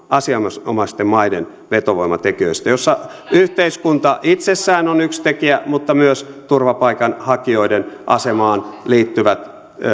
asianomaisten maiden vetovoimatekijöistä joissa yhteiskunta itsessään on yksi tekijä mutta myös turvapaikanhakijoiden asemaan liittyvät